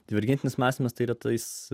dietinis mąstymas tai retais